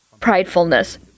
pridefulness